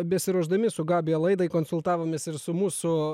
besiruošdami su gabija laidai konsultavomės ir su mūsų